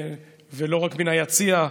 ולא רק מן היציע,